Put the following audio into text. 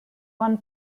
one